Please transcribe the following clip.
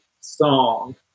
song